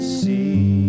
see